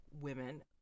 women